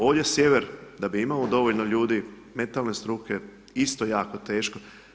Ovdje sjever da bi imao dovoljno ljudi, metalne struke isto jako teško.